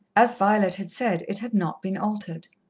as violet had said, it had not been altered.